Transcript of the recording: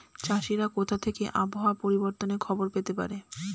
চাষিরা কোথা থেকে আবহাওয়া পরিবর্তনের খবর পেতে পারে?